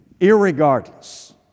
irregardless